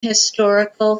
historical